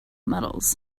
metals